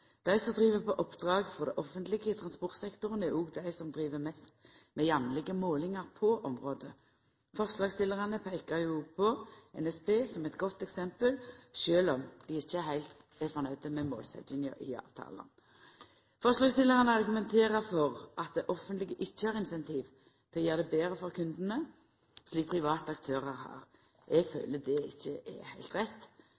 Dei som driv på oppdrag for det offentlege i transportsektoren, er også dei som driv mest med jamlege målingar på området. Forslagsstillarane peikar jo òg på NSB som eit godt eksempel, sjølv om dei ikkje er heilt nøgde med målsetjinga i avtalen. Forslagsstillarane argumenterer for at det offentlege ikkje har incentiv til å gjera det betre for kundane, slik private aktørar har. Eg